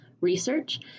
research